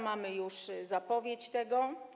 Mamy już zapowiedź tego.